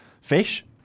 fish